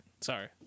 Sorry